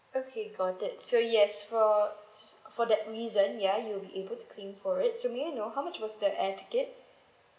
okay got it so yes for for that reason ya you'll be able to claim for it so may I know how much was the air ticket